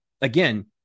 again